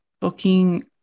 booking